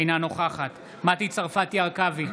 אינה נוכחת מטי צרפתי הרכבי,